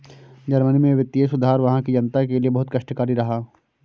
Germany में वित्तीय सुधार वहां की जनता के लिए बहुत कष्टकारी रहा